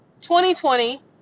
2020